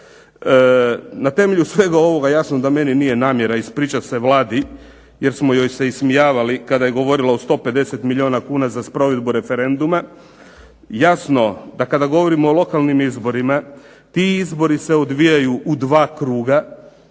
Na temelju svega ovoga jasno da meni nije namjera ispričati se Vladi jer smo joj se ismijavali kada je govorila o 150 milijuna kuna za sprovedbu referenduma, jasno da kada govorimo o lokalnim izborima, ti izbori se odvijaju u dva kruga,